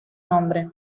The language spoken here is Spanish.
nombre